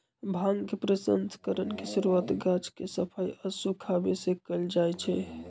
भांग के प्रसंस्करण के शुरुआत गाछ के सफाई आऽ सुखाबे से कयल जाइ छइ